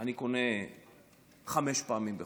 אני קונה חמש פעמים בחודש.